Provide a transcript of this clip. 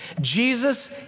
Jesus